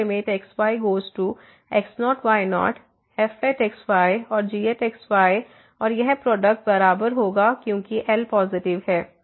तो limit x y goes to x0 y0 fx y और gx y और यह प्रोडक्ट बराबर होगा क्योंकि L पॉसिटिव है